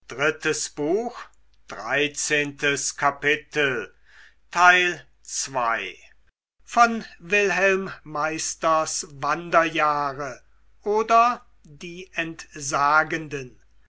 goethe wilhelm meisters wanderjahre oder die entsagenden